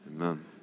amen